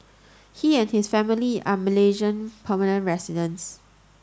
he and his family are Malaysian permanent residents